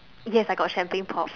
yes I got champagne pop